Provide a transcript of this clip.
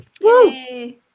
Yay